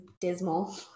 dismal